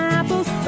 apples